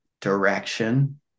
direction